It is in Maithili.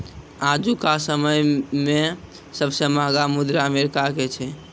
आजुका समय मे सबसे महंगा मुद्रा अमेरिका के छै